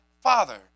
father